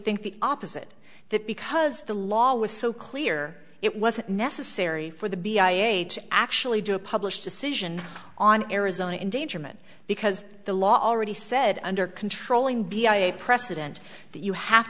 think the opposite that because the law was so clear it wasn't necessary for the bee i h actually do a published decision on arizona endangerment because the law already said under controlling b i a precedent that you have